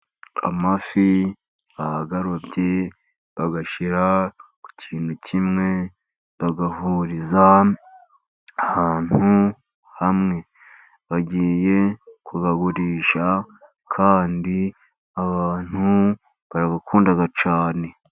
Amafi bayarobye bayashyira ku kintu kimwe, bayahuriza ahantu hamwe. Bagiye kuyagurisha kandi abantu barayakunda cyane.